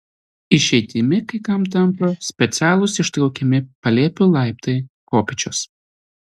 išeitimi kai kam tampa specialūs ištraukiami palėpių laiptai kopėčios